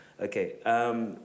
Okay